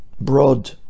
Broad